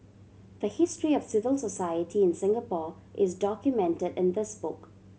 the history of civil society in Singapore is documented in this book